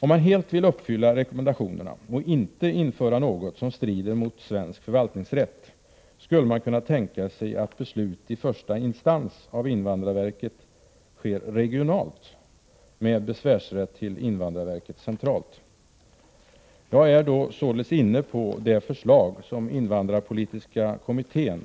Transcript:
Om man helt vill uppfylla rekommendationerna och inte införa något som strider mot svensk förvaltningsrätt skulle man kunna tänka sig att beslut i första instans fattas av invandrarverket regionalt med besvärsrätt till invandrarverket centralt. Jag är således då inne på det förslag som invandrarpolitiska kommittén,